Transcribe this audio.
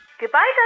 Goodbye